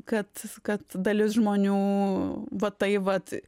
kad kad dalis žmonių va tai vat